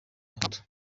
moto